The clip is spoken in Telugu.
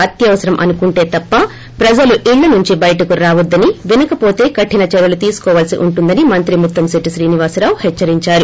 అత్యవసరం అనుకుంటే తప్ప ప్రజలు ఇళ్ల నుంచి బయటకు రావొద్దని వినకపోతే కఠిన చర్యలు తీసుకోవాల్పి ఉంటుందని మంత్రి ముత్తంశెట్టి శ్రీనివాస రావు హెచ్చరించారు